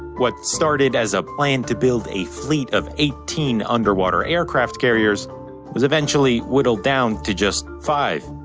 what started as a plan to build a fleet of eighteen underwater aircraft carriers was eventually whittled down to just five.